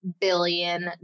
billion